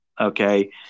Okay